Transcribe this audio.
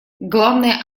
главная